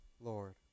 Lord